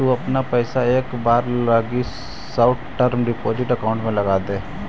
तु अपना पइसा एक बार लगी शॉर्ट टर्म डिपॉजिट अकाउंट में लगाऽ दे